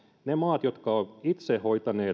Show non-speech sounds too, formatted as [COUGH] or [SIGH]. ne maat jotka ovat itse hoitaneet [UNINTELLIGIBLE]